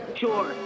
Sure